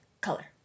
color